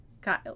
Kyle